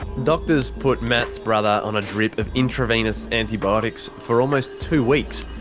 doctors put matt's brother on a drip of intravenous antibiotics for almost two weeks.